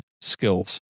skills